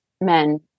men